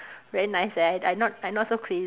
very nice eh I not I not so crazy